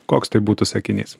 koks tai būtų sakinys